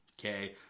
Okay